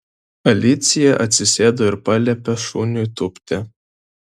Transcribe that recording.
alicija atsisėdo ir paliepė šuniui tūpti